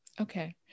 okay